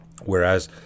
Whereas